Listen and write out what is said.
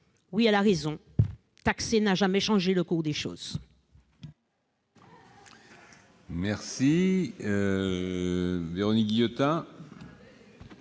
: elle a raison, taxer n'a jamais changé le cours des choses